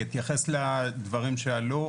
שלום, אתייחס לדברים שעלו.